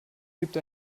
gibt